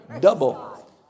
Double